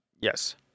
Yes